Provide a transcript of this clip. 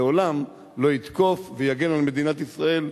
לעולם לא יתקוף ויגן על מדינת ישראל,